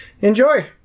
enjoy